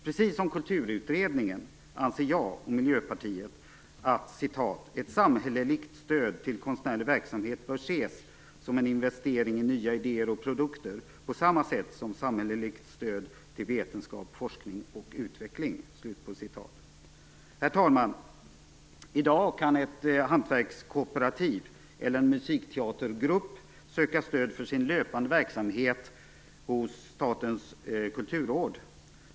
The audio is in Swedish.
Precis som Kulturutredningen anser jag och Miljöpartiet att ett samhälleligt stöd till konstnärlig verksamhet bör ses som en investering i nya idéer och produkter på samma sätt som samhälleligt stöd till vetenskap, forskning och utveckling. Herr talman! I dag kan ett hantverkskooperativ eller en musikteatergrupp söka stöd för sin löpande verksamhet hos Statens kulturråd.